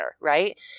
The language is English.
right